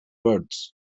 birds